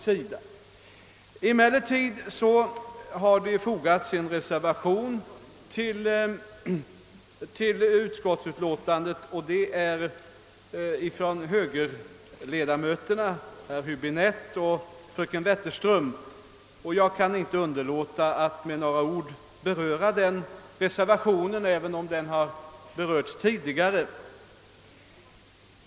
Det har emellertid vid det nämnda utlåtandet fogats en reservation av högerledamöterna herr Häbinette och fröken Wetterström, och jag kan inte underlåta att med några ord beröra denna reservation även om den har berörts tidigare.